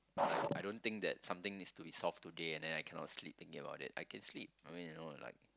I don't think that something needs to be solved today and then I cannot sleep thinking about it I can sleep I mean you know like